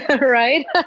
right